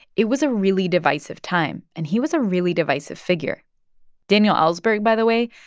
it was a really divisive time, and he was a really divisive figure daniel ellsberg, by the way,